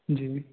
जी